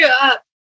up